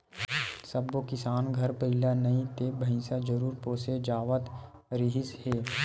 सब्बो किसान घर बइला नइ ते भइसा जरूर पोसे जावत रिहिस हे